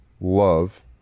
love